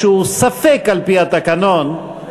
שהוא ספק על-פי התקנון,